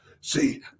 See